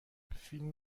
فیلم